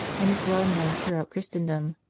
and is well-known throughout christendom.